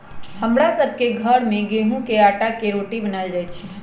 हमरा सभ के घर में गेहूम के अटा के रोटि बनाएल जाय छै